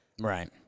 Right